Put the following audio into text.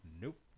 nope